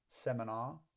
seminar